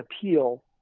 appeal